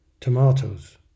Tomatoes